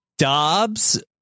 Dobbs